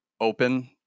open